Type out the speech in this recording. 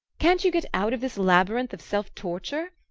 can't you get out of this labyrinth of self-torture?